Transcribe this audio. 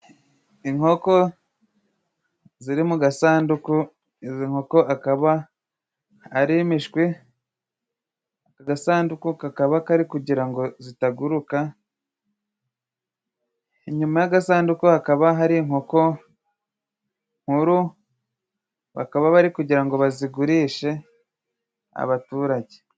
Inkoko ziri mu gasanduku izi nkoko akaba arimishwi agasandu kakaba karikugirango zitaguruka. Inyuma yagasanduku hakaba hari inkoko nkuru bakaba bari kugirango bazigurishe abaturage.